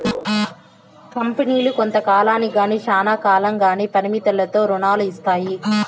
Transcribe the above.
కంపెనీలు కొంత కాలానికి గానీ శ్యానా కాలంకి గానీ పరిమితులతో రుణాలు ఇత్తాయి